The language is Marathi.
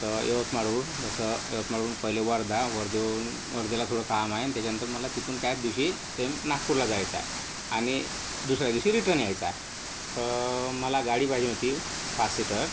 तर यवतमाळवरून तसं यवतमाळवरून पहिले वर्धा वर्धेवरून वर्धेला थोडं काम आहे न त्याच्या नंतर मला तिथून त्याच दिवशी सेम नागपूरला जायचं आहे आणि दुसऱ्या दिवशी रिटर्न यायचं आहे तर मला गाडी पाहिजे होती पाच सीटर